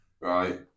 right